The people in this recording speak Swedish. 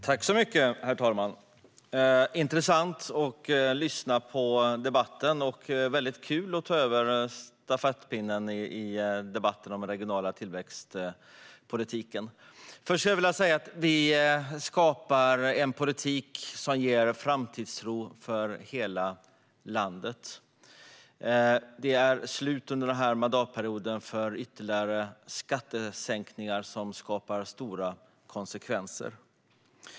Herr talman! Det är intressant att lyssna på debatten, och det är kul att ta över stafettpinnen i debatten om regional tillväxt. Vi skapar en politik som ger framtidstro för hela landet. Under denna mandatperiod har det blivit ett slut för ytterligare skattesänkningar som får stora konsekvenser.